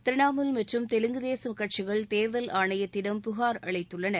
திரிணாமுல் மற்றும் தெலுங்கு தேச கட்சிகள் தேர்தல் ஆணையத்திடம் புகார் அளித்துள்ளன